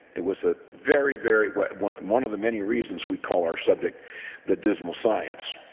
it was a very, very one one of the many reasons we call our subject the dismal science.